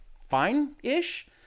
Fine-ish